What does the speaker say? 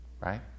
right